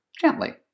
gently